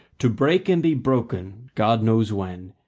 to break and be broken, god knows when,